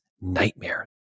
nightmare